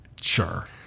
Sure